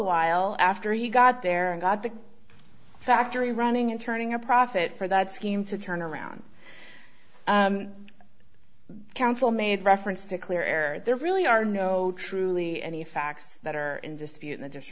while after he got there and got the factory running and turning a profit for that scheme to turn around the council made reference to clear error there really are no truly any facts that are in dispute in the